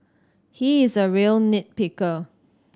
he is a real nit picker